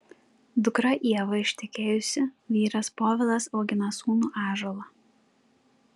dukra ieva ištekėjusi vyras povilas augina sūnų ąžuolą